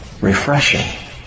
refreshing